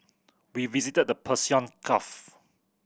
we visited the Persian Gulf